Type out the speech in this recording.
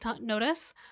notice